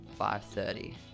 5.30